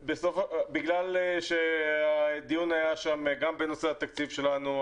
בגלל שהדיון היה שם גם בנושא התקציב שלנו,